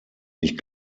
ich